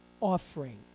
offering